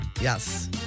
Yes